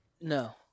No